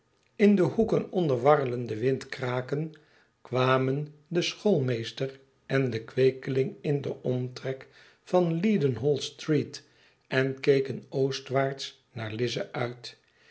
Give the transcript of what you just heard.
in de hoeken onder warrelenden wind kraken kwamen de schoolmeester en de kweekeling in den omtrek van leadenhall street en keken oostwaarts naar lize uit